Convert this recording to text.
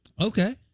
Okay